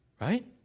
Right